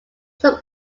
some